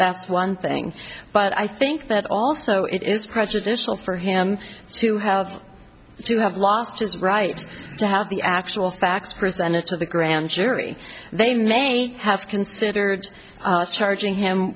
that's one thing but i think that also it is prejudicial for him to have to have lost his right to have the actual facts presented to the grand jury they may have considered charging him